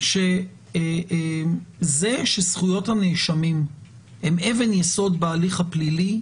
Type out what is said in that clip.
שזה שזכויות הנאשמים הם אבן יסוד בהליך הפלילי,